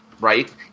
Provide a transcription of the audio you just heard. right